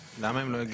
למה הם לא הגיעו?